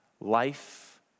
life